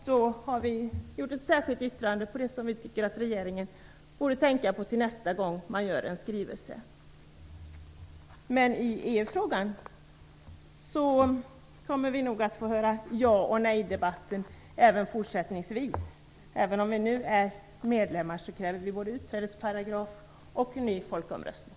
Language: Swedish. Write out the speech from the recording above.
Då har vi avgett ett särskilt yttrande över det som vi anser att regeringen borde tänka på till nästa gång som man gör en skrivelse. När det gäller EU-frågan kommer ja och nejdebatten att föras också fortsättningsvis. Även om Sverige nu är medlem kräver vi en utträdesparagraf och en ny folkomröstning.